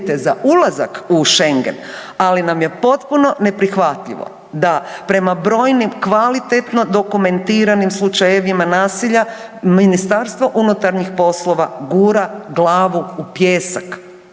ulazak u Schengen ali nam je potpuno neprihvatljivo da prema brojim kvalitetno dokumentiranim slučajevima nasilja MUP gura glavu u pijesak.